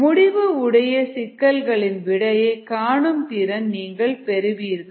முடிவு உடைய சிக்கல்களின் விடையை காணும் திறன் நீங்கள் பெறுவீர்கள்